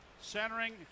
centering